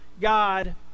God